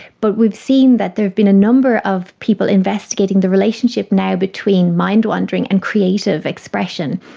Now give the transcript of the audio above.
but we've seen that there have been a number of people investigating the relationship now between mind wandering and creative expression.